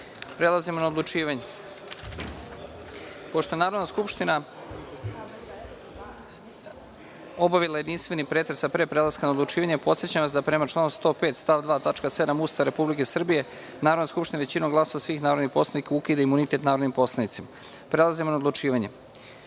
uslovi za odlučivanje. Pošto je Narodna skupština obavila jedinstveni pretres, a pre prelaska na odlučivanje podsećam vas da, prema članu 105. stav 2. tačka 7) Ustava Republike Srbije, Narodna skupština većinom glasova svih narodnih poslanika ukida imunitet narodnim poslanicima. Prelazimo na odlučivanje. Stavljam